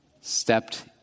stepped